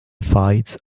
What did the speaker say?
fights